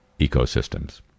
ecosystems